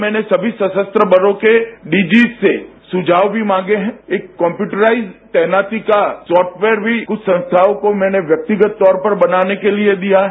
मैंने सभी सशस्त्र बलों के डीजीस से सुझाव भी मांगे हैं एक कम्पयूटीआरडज तैनाती का साफ्टवेयर भी कुछ संस्थाओं को मैंने व्यक्तिगत तौर पर बनाने के लिए दिया है